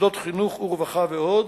מוסדות חינוך ורווחה ועוד,